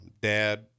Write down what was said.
dad